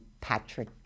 Patrick